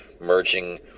merging